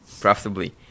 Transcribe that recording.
profitably